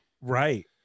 Right